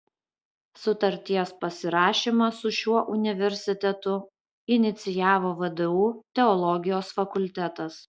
sutarties pasirašymą su šiuo universitetu inicijavo vdu teologijos fakultetas